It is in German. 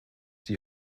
die